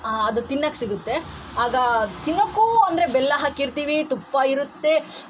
ಅದು ತಿನ್ನೋಕೆ ಸಿಗುತ್ತೆ ಆಗ ತಿನ್ನೋಕ್ಕೂ ಅಂದರೆ ಬೆಲ್ಲ ಹಾಕಿರ್ತೀವಿ ತುಪ್ಪ ಇರುತ್ತೆ